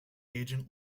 agent